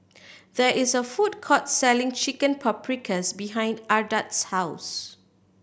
there is a food court selling Chicken Paprikas behind Ardath's house